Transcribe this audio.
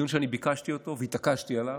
דיון שאני ביקשתי אותו והתעקשתי עליו,